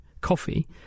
coffee